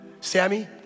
Sammy